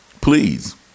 please